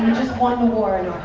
wanna warn